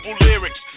lyrics